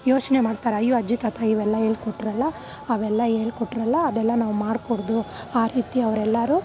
ಯೋಚನೆ ಮಾಡ್ತಾರೆ ಅಯ್ಯೋ ಅಜ್ಜಿ ತಾತ ಇವೆಲ್ಲಾ ಹೇಳ್ಕೊಟ್ರಲ್ಲ ಅವೆಲ್ಲ ಹೇಳ್ಕೊಟ್ರಲ್ಲ ಅದೆಲ್ಲ ನಾವು ಮಾಡಕೂಡ್ದು ಆ ರೀತಿ ಅವರೆಲ್ಲರು